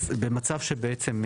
אז במצב שבעצם,